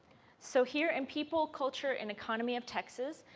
so here and people, culture and economy of texas,